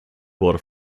border